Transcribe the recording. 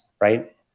right